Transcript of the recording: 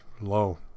low